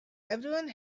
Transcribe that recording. everyone